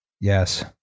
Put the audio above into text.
Yes